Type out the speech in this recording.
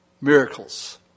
miracles